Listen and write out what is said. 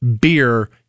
beer